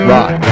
Rock